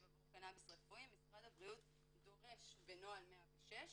עבור קנאביס רפואי משרד הבריאות דורש בנוהל 106